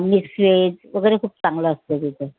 mix veg वगैरे खूप चांगलं असतं तिथं